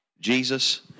Jesus